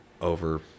over